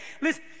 Listen